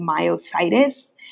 myositis